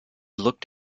looked